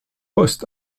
post